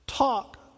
Talk